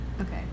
Okay